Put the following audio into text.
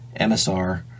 MSR